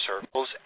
circles